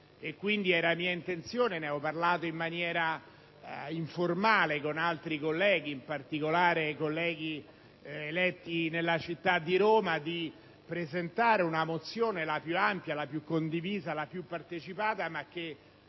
Quindi, era mia intenzione, e ne avevo parlato in maniera informale con altri colleghi, in particolare con i colleghi eletti nella città di Roma, presentare una mozione, la più ampia, la più condivisa e la più partecipata, che